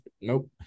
nope